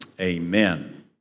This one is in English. amen